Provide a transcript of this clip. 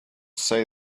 say